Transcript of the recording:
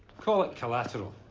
call it collateral.